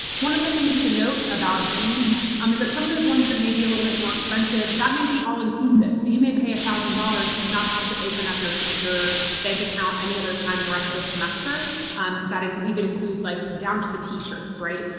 one of the things to note about dues um is that some of those ones that may be a little bit more expensive, that may be all-inclusive. so you may pay a one thousand dollars and not have to open up your your bank account any other time the rest of the semester um because that and even includes like down to the t-shirts, right.